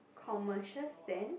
commercial stand